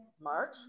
March